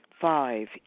Five